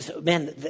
Man